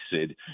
Sid